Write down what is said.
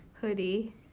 hoodie